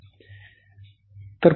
बरं